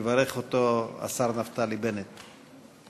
יברך אותו השר נפתלי בנט.